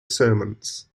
sermons